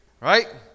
Right